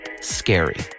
scary